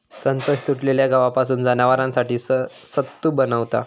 संतोष तुटलेल्या गव्हापासून जनावरांसाठी सत्तू बनवता